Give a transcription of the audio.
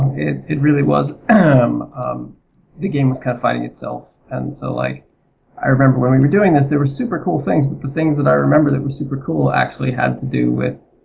it it really was, um the game was kind of fighting itself and so like i remember when we were doing this there were super-cool things but the things that i remember that were super-cool actually had to do with.